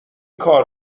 کار